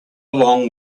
long